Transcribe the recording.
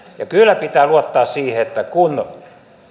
kyllä pitää luottaa siihen että säästetään kun